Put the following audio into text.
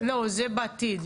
זה בעתיד.